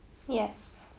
yes